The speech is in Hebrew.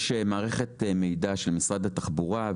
יש מערכת מידע של משרד התחבורה,